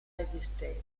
esistenti